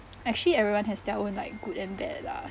actually everyone has their own like good and bad lah